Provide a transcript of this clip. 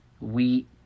Wheat